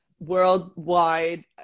Worldwide